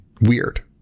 Weird